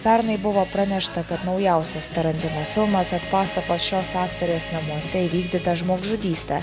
pernai buvo pranešta kad naujausias tarantino filmas atpasakos šios aktorės namuose įvykdytą žmogžudystę